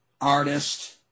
artist